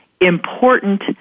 important